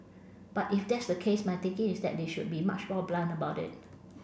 but if that's the case my thinking is that they should be much more blunt about it